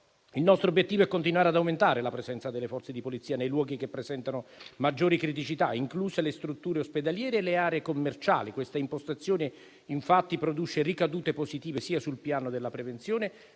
Il nostro obiettivo è continuare ad aumentare la presenza delle Forze di polizia nei luoghi che presentano maggiori criticità, incluse le strutture ospedaliere e le aree commerciali. Questa impostazione, infatti, produce ricadute positive sia sul piano della prevenzione